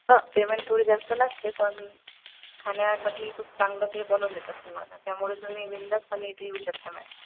हा पेमेंट थोडी जास्त लागते पण खाण्यासाठी खूप चांगलं ते बनवून देतात तुम्हाला त्यामुळं तुम्ही बिंदासपणे इथे येऊ शकतात मॅम